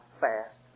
fast